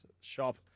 Shop